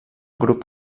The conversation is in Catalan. grup